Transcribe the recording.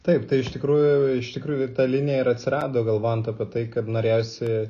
taip tai iš tikrųjų iš tikrųjų ir ta linija ir atsirado galvojant apie tai kad norėjosi